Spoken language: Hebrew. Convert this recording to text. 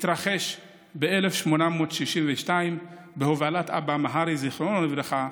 התרחש ב-1862 בהובלת אבא מהרי, זיכרונו לברכה,